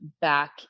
back